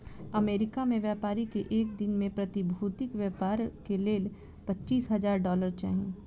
America में व्यापारी के एक दिन में प्रतिभूतिक व्यापार के लेल पचीस हजार डॉलर चाही